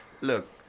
look